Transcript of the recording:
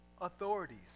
authorities